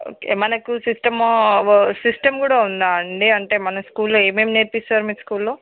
okay మనకు సిస్టమా system కూడా ఉందాండి అంటే మన స్కూల్లో ఏమేమి నేర్పిస్తారు మీరు స్కూల్లో